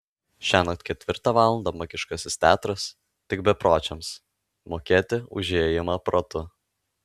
šiąnakt ketvirtą valandą magiškasis teatras tik bepročiams mokėti už įėjimą protu